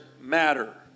matter